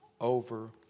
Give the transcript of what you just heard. over